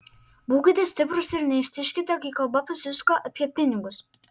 būkite stiprūs ir neištižkite kai kalba pasisuka apie pinigus